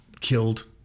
killed